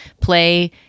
play